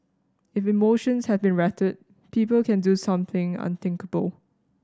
if emotions have been rattled people can do something unthinkable